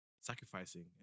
sacrificing